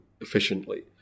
efficiently